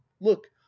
look